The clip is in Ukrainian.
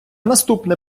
наступне